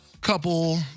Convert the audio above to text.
Couple